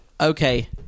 Okay